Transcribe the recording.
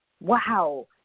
wow